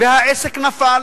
והעסק נפל,